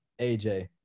AJ